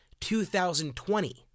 2020